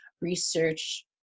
research